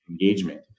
engagement